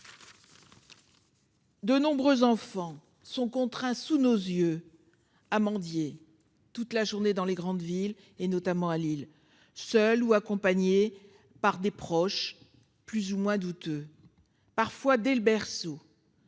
De nombreux enfants sont contraints sous nos yeux. Mendier toute la journée dans les grandes villes et notamment à Lille, seul ou accompagné par des proches, plus ou moins douteux parfois dès le berceau.